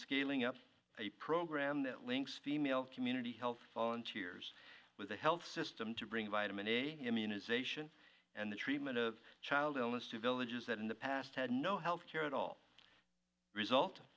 scaling up a program that links female community health volunteers with the health system to bring vitamin a immunization and the treatment of child illness to villages that in the past had no health care at all result